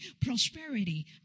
prosperity